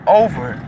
over